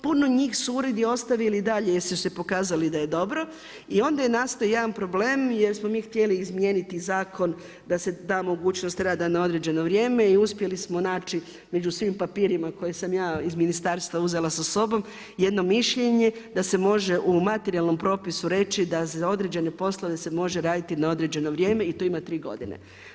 Puno njih su uredi ostavili i dalje jer su se pokazali da je dobro i onda je nastao jedan problem jer smo mi htjeli izmijeniti zakon da se da mogućnost rada na određeno vrijeme i uspjeli smo naći među svim papirima koje sam ja iz Ministarstva uzela sa sobom jedno mišljenje da se može u materijalnom propisu reći da za određene poslove se može raditi na određeno vrijeme i to ima tri godine.